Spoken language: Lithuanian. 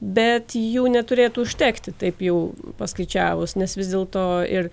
bet jų neturėtų užtekti taip jau paskaičiavus nes vis dėlto ir